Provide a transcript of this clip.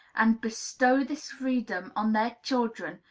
and bestow this freedom on their children,